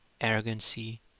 arrogancy